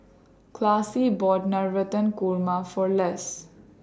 Classie bought Navratan Korma For Les